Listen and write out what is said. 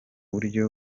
buryo